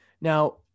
Now